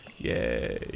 Yay